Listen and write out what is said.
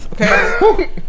okay